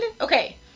okay